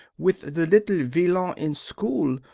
with the little villain in school.